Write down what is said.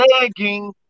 begging